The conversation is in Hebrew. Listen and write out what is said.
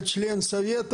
(דבריו מתורגמים סימולטנית